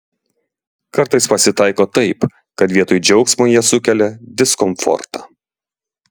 kartais pasitaiko taip kad vietoj džiaugsmo jie sukelia diskomfortą